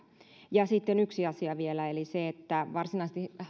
ja sitten vielä yksi asia eli se että